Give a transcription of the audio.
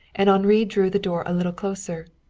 and henri drew the door a little closer.